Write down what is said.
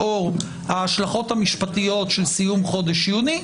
לאור ההשלכות המשפטיות של סיום חודש יוני,